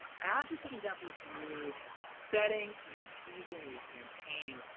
as you're sitting down for this new setting, new season, new campaign,